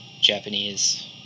Japanese